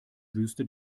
wüste